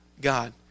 God